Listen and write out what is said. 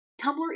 Tumblr